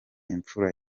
imfura